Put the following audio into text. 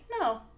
no